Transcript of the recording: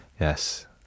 Yes